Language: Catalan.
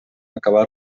acabar